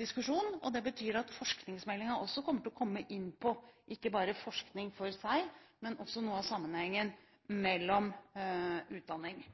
diskusjon, og det betyr at forskningsmeldingen også kommer til å komme inn på ikke bare forskning for seg, men også noe av sammenhengen med utdanning.